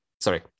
sorry